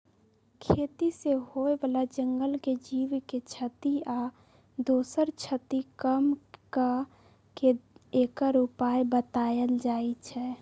खेती से होय बला जंगल के जीव के क्षति आ दोसर क्षति कम क के एकर उपाय् बतायल जाइ छै